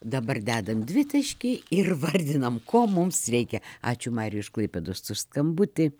dabar dedam dvitaškį ir vardinam ko mums reikia ačiū mariui iš klaipėdos už skambutį